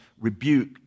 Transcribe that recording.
rebuke